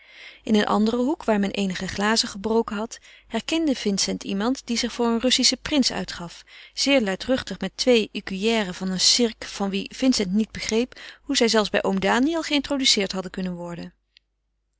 in een anderen hoek waar men eenige glazen gebroken had herkende vincent iemand die zich voor een russischen prins uitgaf zeer luidruchtig met twee écuyères van een cirque van wie vincent niet begreep hoe zij zelfs bij oom daniël geïntroduceerd hadden kunnen worden